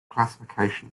classification